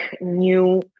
new